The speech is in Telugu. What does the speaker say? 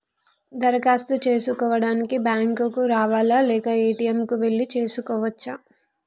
దరఖాస్తు చేసుకోవడానికి బ్యాంక్ కు రావాలా లేక ఏ.టి.ఎమ్ కు వెళ్లి చేసుకోవచ్చా?